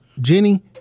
Jenny